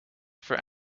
for